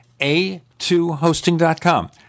A2hosting.com